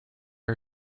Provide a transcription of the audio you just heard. our